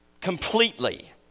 completely